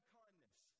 kindness